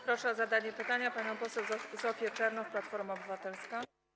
Proszę o zadanie pytania panią poseł Zofię Czernow, Platforma Obywatelska.